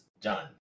done